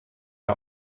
der